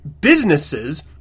businesses